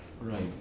right